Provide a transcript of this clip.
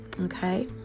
okay